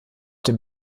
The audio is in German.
den